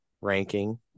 ranking